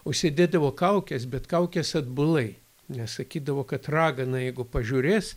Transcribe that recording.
užsidėdavo kaukes bet kaukes atbulai nes sakydavo kad ragana jeigu pažiūrės